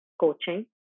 coaching